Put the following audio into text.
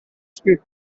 speed